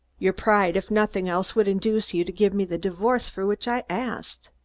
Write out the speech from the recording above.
your pride, if nothing else, would induce you to give me the divorce for which i asked.